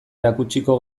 erakutsiko